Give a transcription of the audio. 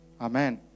Amen